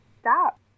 stop